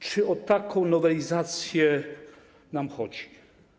Czy o taką nowelizację nam chodzi?